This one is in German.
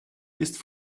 ist